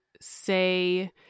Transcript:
say